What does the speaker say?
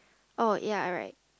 orh ya ah right